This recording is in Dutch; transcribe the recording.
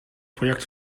project